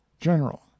GENERAL